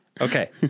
Okay